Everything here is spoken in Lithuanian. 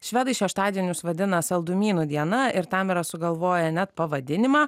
švedai šeštadienius vadina saldumynų diena ir tam yra sugalvoję net pavadinimą